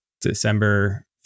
december